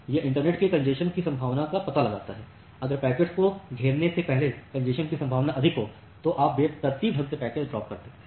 यह इंटरनेट में कॅन्जेशन की संभावना का पता लगाता है अगर पैकेट्स को घेरने से पहले कंजेशन की संभावना अधिक हो तो आप बेतरतीब ढंग से पैकेट्स ड्राप देते हैं